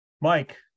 mike